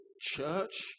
church